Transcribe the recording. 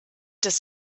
des